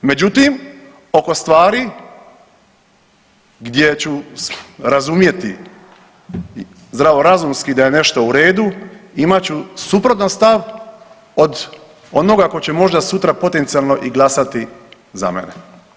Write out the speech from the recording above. Međutim, oko stvari gdje ću razumjeti zdravorazumski da je nešto u redu imat ću suprotan stav od onoga tko će možda sutra potencionalno i glasati za mene.